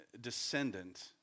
descendant